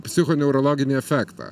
psichoneurologinį efektą